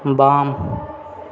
बाम